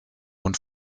und